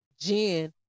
Jen